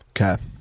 Okay